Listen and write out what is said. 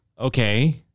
okay